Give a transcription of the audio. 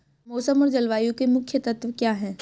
मौसम और जलवायु के मुख्य तत्व क्या हैं?